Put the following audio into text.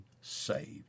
saved